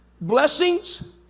Blessings